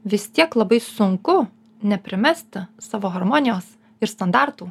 vis tiek labai sunku neprimesti savo harmonijos ir standartų